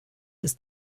ist